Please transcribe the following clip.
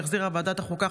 שהחזירה ועדת החוקה,